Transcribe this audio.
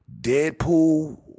Deadpool